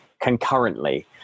concurrently